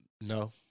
no